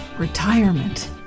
retirement